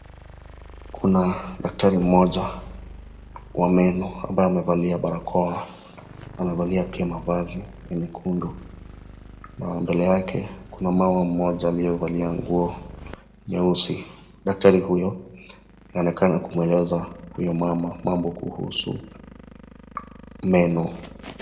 Kuna daktari mmoja wa meno ambaye amevalia barakoa, amevalia pia mavazi ya nyekundu. Na mbele yake kuna mama moja aliyevalia nguo nyeusi. Daktari huyo anaoenakana kumueleza huyo mama mambo kuhusu meno.